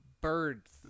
birds